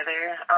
together